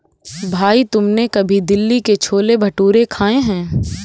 भाई तुमने कभी दिल्ली के छोले भटूरे खाए हैं?